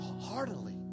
Heartily